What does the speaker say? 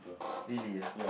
really ah